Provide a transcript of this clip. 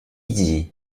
dit